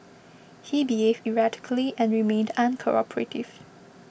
he behaved erratically and remained uncooperative